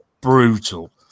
brutal